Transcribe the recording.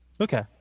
Okay